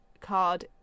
card